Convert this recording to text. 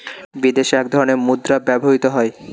বিদেশে এক ধরনের মুদ্রা ব্যবহৃত হয়